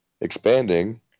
expanding